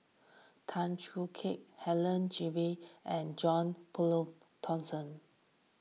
Tan Choo Kai Helen Gilbey and John Turnbull Thomson